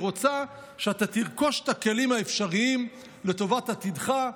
היא רוצה שאתה תרכוש את הכלים האפשריים לטובת עתידך.